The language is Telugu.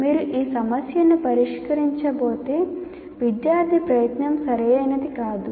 మీరు ఈ సమస్యను పరిష్కరించకపోతే విద్యార్థి ప్రయత్నం సరైనది కాదు